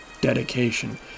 dedication